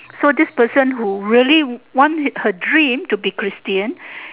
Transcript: so this person who really want her dream to be christian